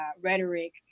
rhetoric